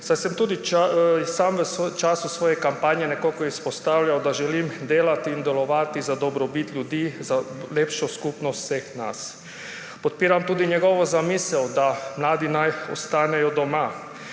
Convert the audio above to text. saj sem tudi sam v času svoje kampanje nekoliko izpostavljal, da želim delati in delovati za dobrobit ljudi, za lepšo skupnost vseh nas. Podpiram tudi njegovo zamisel, da naj mladi ostanejo doma.